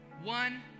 One